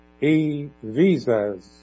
e-visas